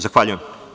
Zahvaljujem.